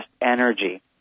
energy